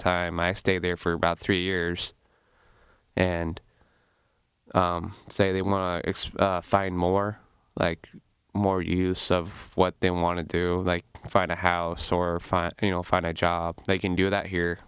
time i stayed there for about three years and say they will find more like more use of what they want to do like find a house or you know find a job they can do that here